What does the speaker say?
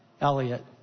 Elliot